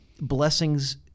blessings